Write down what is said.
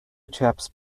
chaps